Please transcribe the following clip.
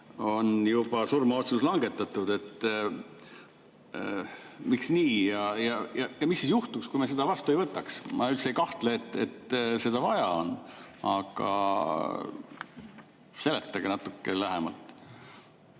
on juba surmaotsus langetatud. Miks nii? Mis siis juhtuks, kui me seda vastu ei võta? Ma üldse ei kahtle, et seda vaja on. Aga seletage natuke lähemalt.